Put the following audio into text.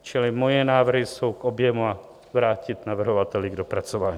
Čili moje návrhy jsou k objemu a vrátit navrhovateli k dopracování.